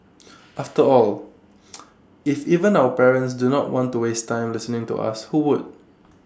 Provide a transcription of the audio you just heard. after all if even our parents do not want to waste time listening to us who would